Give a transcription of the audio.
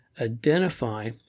Identify